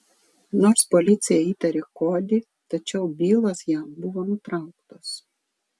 nors policija įtarė kodį tačiau bylos jam buvo nutrauktos